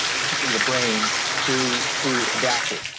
particularly the brain to to adapt to,